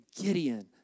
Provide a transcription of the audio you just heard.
Gideon